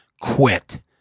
quit